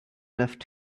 left